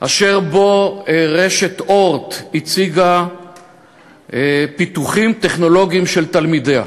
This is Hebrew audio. אשר בו רשת "אורט" הציגה פיתוחים טכנולוגיים של תלמידיה.